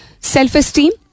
self-esteem